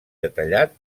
detallat